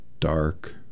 dark